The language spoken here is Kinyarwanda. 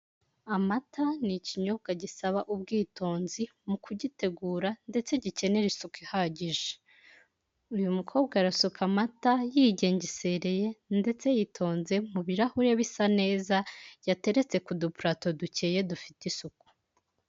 Amata ni ikinyobwa gisaba ubwitonzi mu kugitegura, ndetse gikenera isuku ihagije. Uyu mukobwa arasuka amata yigengesereye ndetse yitonze, mu birahure bisa neza yateretse ku dupurato dukeye dufite isuku.